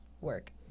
Work